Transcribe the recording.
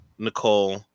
Nicole